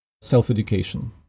self-education